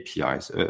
APIs